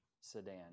sedan